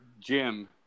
Jim